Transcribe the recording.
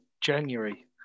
January